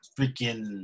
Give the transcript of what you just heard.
freaking